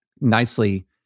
nicely